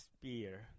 Spear